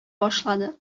башлады